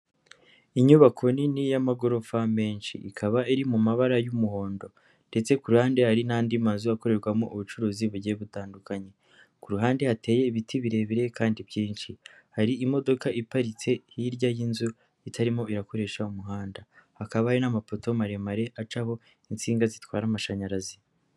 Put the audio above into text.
Inyubako nini y'amagorofa menshi, ikaba iri mu mabara y'umuhondo ndetse ku ruhande hari n'andi mazu akorerwamo ubucuruzi bugiye butandukanye, ku ruhande hateye ibiti birebire kandi byinshi, hari imodoka iparitse hirya y'inzu itarimo irakoresha umuhanda, hakaba hari n'amaporoto maremare acaho insinga zitwara amashanyarazi.